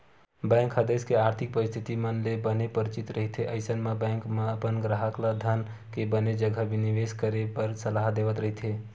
bank ह देस के आरथिक परिस्थिति मन ले बने परिचित रहिथे अइसन म बेंक अपन गराहक ल धन के बने जघा निबेस करे बर सलाह देवत रहिथे